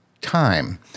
time